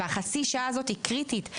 וחצי השעה הזאת היא קריטית.